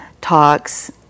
talks